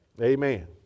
Amen